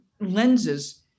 lenses